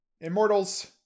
Immortals